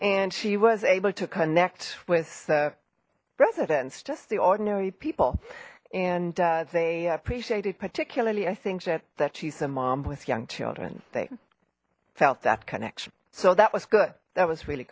and she was able to connect with residents just the ordinary people and they appreciated particularly i think that that she's a mom with young children they felt that connection so that was good that was really